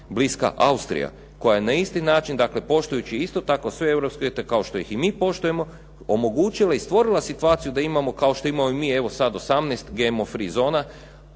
bliska Austrija koja je na isti način, dakle poštujući isto tako sve europske uvjete, kao što ih i mi poštujemo, omogućila i stvorila situaciju da imamo, kao što imamo i mi evo sad 18 GMO free zona